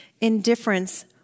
indifference